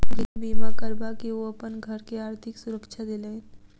गृह बीमा करबा के ओ अपन घर के आर्थिक सुरक्षा देलैन